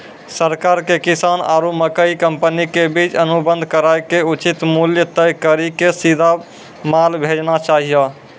सरकार के किसान आरु मकई कंपनी के बीच अनुबंध कराय के उचित मूल्य तय कड़ी के सीधा माल भेजना चाहिए?